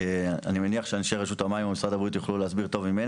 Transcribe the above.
ואני מניח שאנשי רשות המים או משרד הבריאות יוכלו להסביר טוב ממני